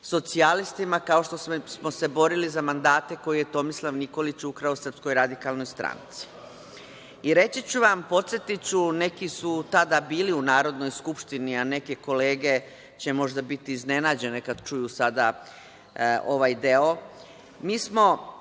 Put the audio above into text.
socijalistima, kao što smo se borili za mandate koje je Tomislav Nikolić ukrao SRS. Reći ću vam, podsetiću neki su tada bili u Narodnoj skupštini, a neke kolege će možda biti iznenađene kad čuju sada ovaj deo. Mi smo